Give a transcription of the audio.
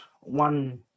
One